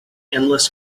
endless